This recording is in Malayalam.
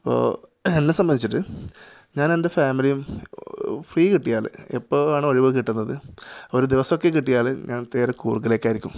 അപ്പോൾ എന്നെ സംബന്ധിച്ചിട്ട് ഞാനെന്റെ ഫാമിലിയും ഫ്രീ കിട്ടിയാൽ എപ്പോൾ വേണോ ഒഴിവ് കിട്ടുന്നത് ഒരു ദിവസമൊക്കെ കിട്ടിയാൽ ഞാന് നേരെ കൂര്ഗിലേക്കായിരിക്കും